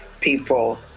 people